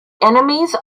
enemies